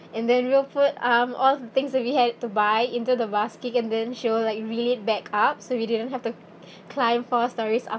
and then we'll put um all the things that we had to buy into the basket and then she will like reel it back up so we didn't have to climb four storeys up